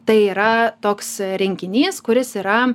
tai yra toks rinkinys kuris yra